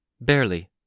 Barely